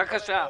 בבקשה.